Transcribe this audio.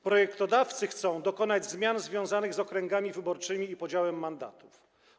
Projektodawcy chcą dokonać zmian związanych z okręgami wyborczymi i podziałem mandatów.